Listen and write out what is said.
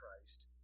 Christ